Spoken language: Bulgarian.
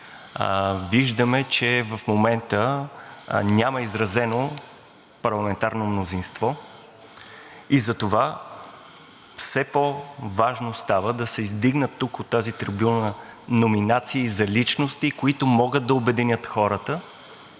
виждаме, че в момента няма изразено парламентарно мнозинство и затова все по-важно става да се издигнат тук от тази трибуна номинации за личности, които могат да обединят хората